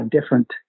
different